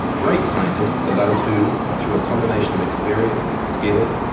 great scientists are those who, through a combination of experience, skill,